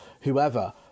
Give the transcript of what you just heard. whoever